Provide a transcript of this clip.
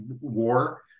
war